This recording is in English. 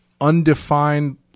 undefined